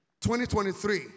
2023